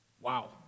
Wow